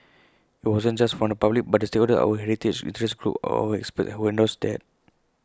IT wasn't just from the public but the stakeholders our heritage interest groups our experts who endorsed that